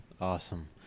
awesome